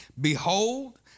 behold